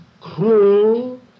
cruel